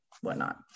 whatnot